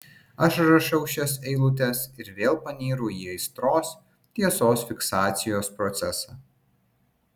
aš rašau šias eilutes ir vėl panyru į aistros tiesos fiksacijos procesą